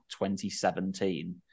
2017